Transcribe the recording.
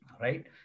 Right